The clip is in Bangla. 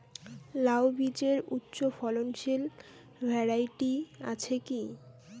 লাউ বীজের উচ্চ ফলনশীল ভ্যারাইটি আছে কী?